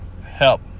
help